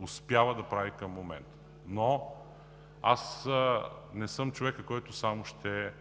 успява да прави към момента. Но аз не съм човекът, който само ще